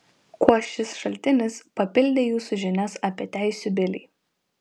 kuo šis šaltinis papildė jūsų žinias apie teisių bilį